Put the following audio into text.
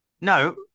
No